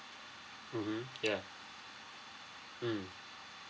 mmhmm ya mm